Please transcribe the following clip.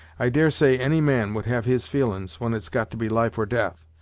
i dare say any man would have his feelin's when it got to be life or death,